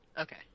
Okay